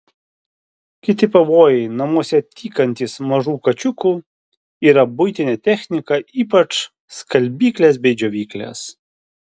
kiti pavojai namuose tykantys mažų kačiukų yra buitinė technika ypač skalbyklės bei džiovyklės